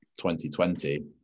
2020